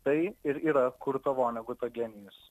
tai ir yra kurto voneguto genijus